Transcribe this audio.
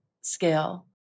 scale